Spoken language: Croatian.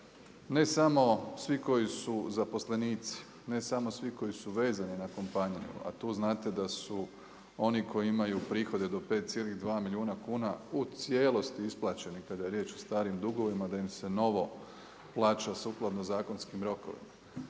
ne samo svi koji su zaposlenici, ne samo svi koji su vezani na kompaniju a tu znate da su oni koji imaju prihode do 5,2 milijuna kuna u cijelosti isplaćeni kada je riječ o starim dugovima da im se novo plaća sukladno zakonskim rokovima.